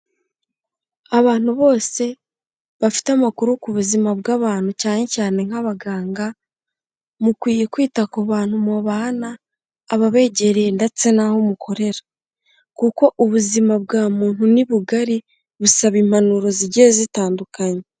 Abantu bose bafite amakuru ku buzima bw'abantu cyane cyane nk'abaganga, mukwiye kwita ku bantu mubana, ababegereye ndetse n'aho mukorera. Kuko ubuzima bwa muntu ni bugari busaba impanuro zigiye zitandukanye.